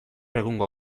egungo